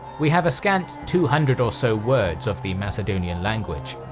we have a scant two hundred or so words of the macedonian language.